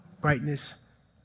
brightness